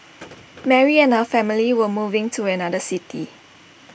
Mary and her family were moving to another city